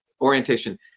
orientation